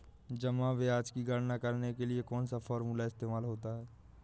जमा ब्याज की गणना करने के लिए कौनसा फॉर्मूला इस्तेमाल होता है?